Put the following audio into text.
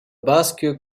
basque